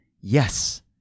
yes